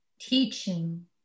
teaching